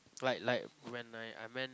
like like when I I meant